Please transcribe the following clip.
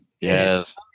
Yes